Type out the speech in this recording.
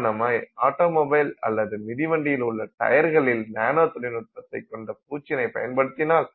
உதாரணமாய் automobile அல்லது மிதிவண்டியில் உள்ள டயர்களில் நானோ தொழில்நுட்பத்தை கொண்ட பூச்சினை பயன்படுத்தினால்